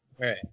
Right